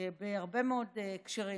בהרבה מאוד הקשרים,